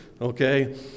okay